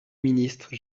ministre